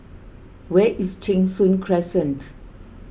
where is Cheng Soon Crescent